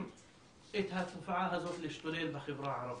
את התופעה הזאת להשתולל בחברה הערבית.